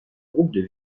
groupes